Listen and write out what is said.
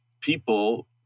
people